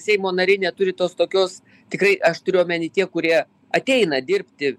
seimo nariai neturi tos tokios tikrai aš turiu omeny tie kurie ateina dirbti